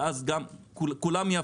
ואז ההשקעה שלו לא תשתלם וכולם יפסידו